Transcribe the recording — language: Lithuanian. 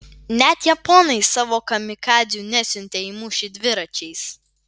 net japonai savo kamikadzių nesiuntė į mūšį dviračiais